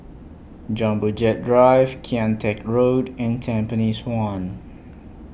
Jumbo Jet Drive Kian Teck Road and Tampines one